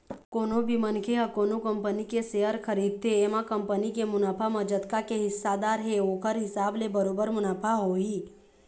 कोनो भी मनखे ह कोनो कंपनी के सेयर खरीदथे एमा कंपनी के मुनाफा म जतका के हिस्सादार हे ओखर हिसाब ले बरोबर मुनाफा होही